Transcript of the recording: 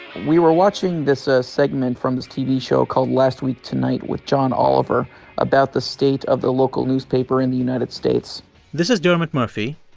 we were watching this ah segment from this tv show called last week tonight with john oliver about the state of the local newspaper in the united states this is dermot murphy.